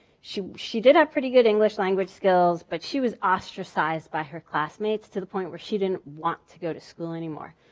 she she did have pretty good english language skills, but she was ostracized by her classmates to the point where she didn't want to go to school anymore.